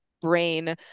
brain